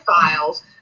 files